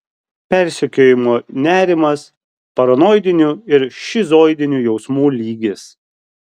persekiojimo nerimas paranoidinių ir šizoidinių jausmų lygis